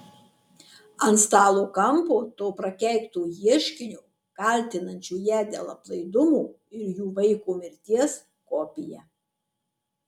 ant stalo kampo to prakeikto ieškinio kaltinančio ją dėl aplaidumo ir jų vaiko mirties kopija